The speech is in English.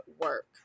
work